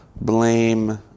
Blame